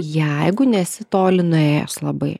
jeigu nesi toli nuėjęs labai